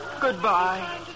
Goodbye